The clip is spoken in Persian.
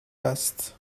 است